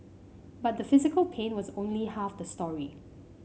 but the physical pain was only half the story